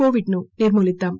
కోవిడ్ను నిర్మూలీద్దాం